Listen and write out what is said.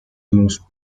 los